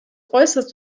äußerst